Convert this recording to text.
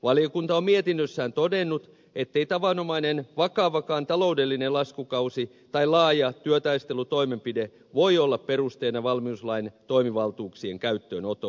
valiokunta on mietinnössään todennut ettei tavanomainen vakavakaan taloudellinen laskukausi tai laaja työtaistelutoimenpide voi olla perusteena valmiuslain toimivaltuuksien käyttöönotolle